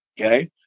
Okay